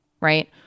right